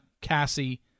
Cassie